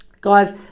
Guys